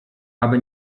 aby